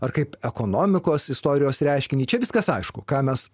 ar kaip ekonomikos istorijos reiškinį čia viskas aišku ką mes